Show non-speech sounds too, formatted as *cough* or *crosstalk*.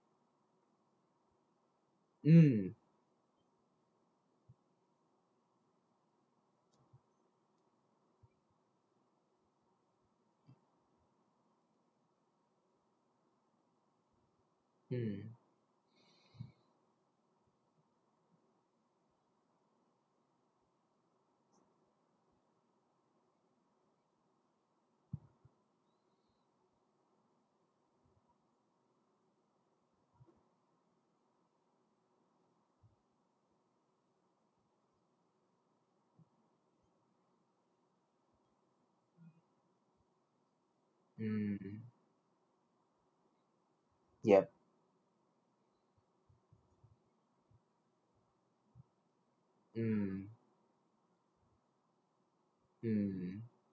mm mm *breath* mm yup mm mm